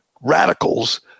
radicals